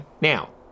Now